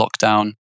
lockdown